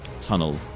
tunnel